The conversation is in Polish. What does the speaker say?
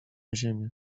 ziemię